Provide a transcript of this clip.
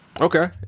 Okay